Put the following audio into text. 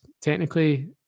technically